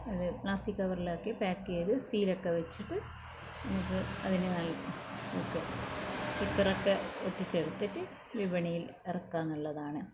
അത് പ്ലാസ്റ്റിക് കവറിലാക്കി പാക്ക് ചെയ്ത് സീലൊക്ക വെച്ചിട്ട് നമുക്ക് അതിന് നല്ല ഓക്കേ സ്റ്റിക്കറൊക്കെ ഒട്ടിച്ചെടുത്തിട്ട് വിപണിയിൽ ഇറക്കാനുള്ളതാണ്